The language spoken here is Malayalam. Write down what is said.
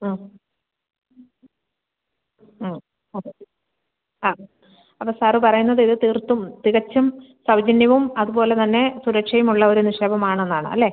ആ അത് ആ അപ്പോൾ സാറ് പറയുന്നത് തീർത്തും തികച്ചും സൗജന്യവും അത് പോലെ തന്നെ സുരക്ഷയും ഉള്ള ഒരു നിക്ഷേപം ആണെന്ന് ആണ് അല്ലേ